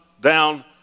down